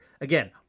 Again